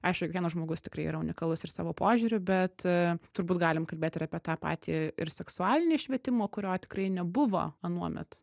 aišku kiekvienas žmogus tikrai yra unikalus ir savo požiūriu bet turbūt galim kalbėt ir apie tą patį ir seksualinį švietimo kurio tikrai nebuvo anuomet